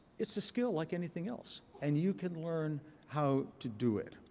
it's a skill like anything else. and you can learn how to do it.